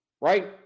right